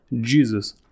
Jesus